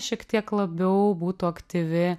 šiek tiek labiau būtų aktyvi